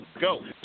Go